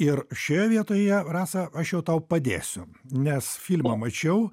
ir šioje vietoje rasa aš jau tau padėsiu nes filmą mačiau